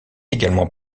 également